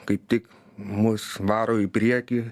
kaip tik mus varo į priekį